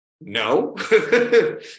no